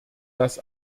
das